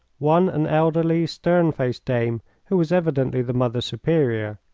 one an elderly, stern-faced dame, who was evidently the mother superior,